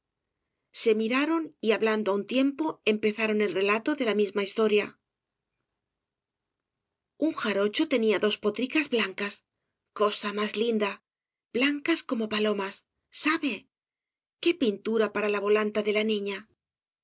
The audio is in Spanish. se miraron y hablando á un tiempo empezaron el relato de la misma historia fc obras de valle inclan s un jarocho tenía dos potrjcas blancas cosa más linda blancas como palomas sabe qué pintura para la volanta de la niña